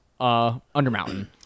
Undermountain